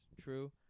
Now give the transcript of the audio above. true